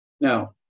Now